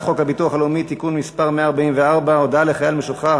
הביטוח הלאומי (תיקון מס' 144) (הודעה לחייל משוחרר),